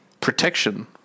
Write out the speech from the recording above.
protection